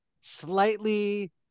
slightly